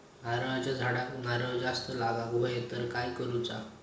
नारळाच्या झाडांना नारळ जास्त लागा व्हाये तर काय करूचा?